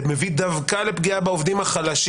זה מביא דווקא לפגיעה בעובדים החלשים.